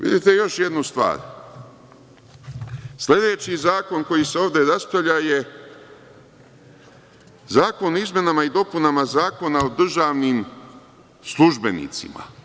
Vidite još jednu stvar, sledeći zakon koji se ovde raspravlja je zakon o izmenama i dopunama Zakona o državnim službenicima.